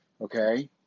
Okay